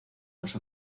dos